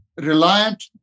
reliant